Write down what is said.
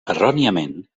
erròniament